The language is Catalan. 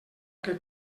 que